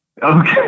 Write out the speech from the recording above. Okay